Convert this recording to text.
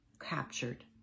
captured